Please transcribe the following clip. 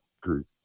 group